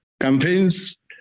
campaigns